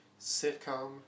sitcom